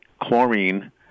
chlorine